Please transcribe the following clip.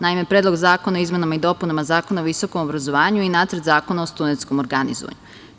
Naime, Predlog zakona o izmenama i dopunama Zakona o visokom obrazovanju i Nacrt zakona o studentskom organizovanju.